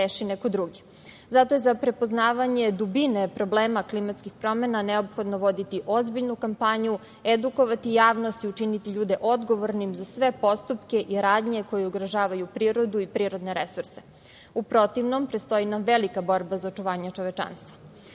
Zato je za prepoznavanje dubine problema klimatskih promena neophodno voditi ozbiljnu kampanju, edukovati javnost i učiniti ljude odgovornim za sve postupke i radnje koje ugrožavaju prirodu i prirodne resurse. U protivnom, predstoji nam velika borba za očuvanje čovečanstva. Priroda